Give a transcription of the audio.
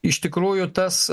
iš tikrųjų tas